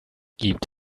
gibt